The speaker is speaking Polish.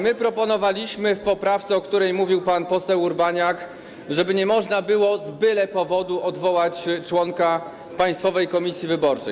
My proponowaliśmy w poprawce, o której mówił pan poseł Urbaniak, żeby nie można było z byle powodu odwołać członka Państwowej Komisji Wyborczej.